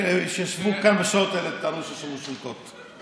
כשישבו כאן בשעות האלה טענו ששמעו שריקות.